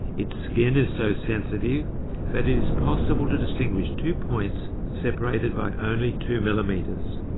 its skin is so sensitive that it is possible to distinguish two points separated by only two millimetres.